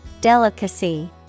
Delicacy